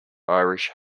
irish